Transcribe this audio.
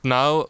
now